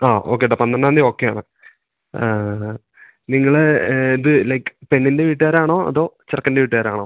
ആ ഓക്കെട്ടാ പന്ത്രണ്ടാംതി ഓക്കെയാണ് അത് നിങ്ങള് ഇത് ലൈക്ക് പെണ്ണിൻ്റെ വീട്ട്കാരാണോ അതോ ചെറ്ക്കൻ്റെ വീട്ട്കാരാണോ